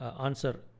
answer